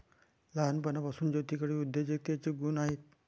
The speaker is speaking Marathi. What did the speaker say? लहानपणापासून ज्योतीकडे उद्योजकतेचे गुण आहेत